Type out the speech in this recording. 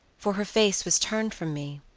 for her face was turned from me,